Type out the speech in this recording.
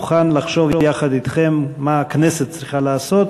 אני מוכן לחשוב יחד אתכם מה הכנסת צריכה לעשות,